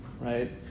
right